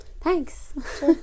Thanks